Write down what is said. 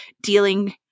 dealing